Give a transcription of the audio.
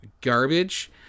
garbage